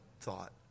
thought